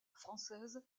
française